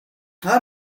how